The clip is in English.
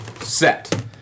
Set